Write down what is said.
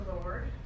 Lord